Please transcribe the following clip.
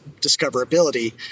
discoverability